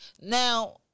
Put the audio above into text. Now